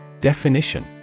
Definition